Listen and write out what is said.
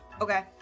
Okay